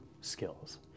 skills